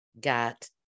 got